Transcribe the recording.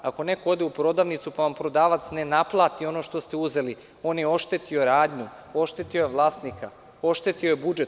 Ako neko ode u prodavnicu, pa vam prodavac ne naplati ono što ste uzeli, on je oštetio radnju, oštetio je vlasnika, oštetio je budžet.